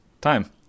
time